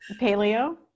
paleo